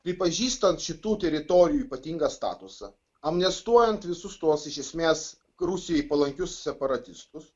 pripažįstant šitų teritorijų ypatingą statusą amnestuojant visus tuos iš esmės rusijai palankius separatistus